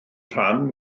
rhan